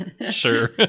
sure